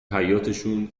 حیاطشون